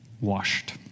washed